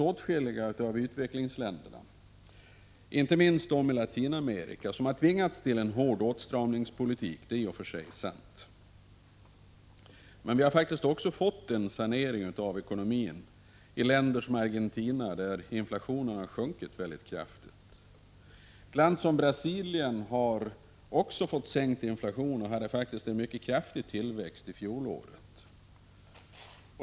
Åtskilliga utvecklingsländer, inte minst i Latinamerika, har tvingats till en hård åtstramningspolitik. Det är i och för sig sant. Men vi har också fått en sanering av ekonomin i länder som Argentina, där inflationen har sjunkit mycket kraftigt. Även i ett land som Brasilien har det skett en sänkning av inflationen. Brasilien hade en mycket kraftig tillväxt i fjol.